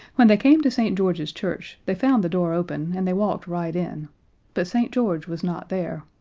when they came to st. george's church they found the door open, and they walked right in but st. george was not there,